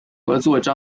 合作